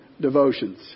devotions